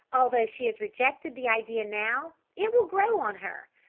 although she has rejected the idea now, it will grow on her.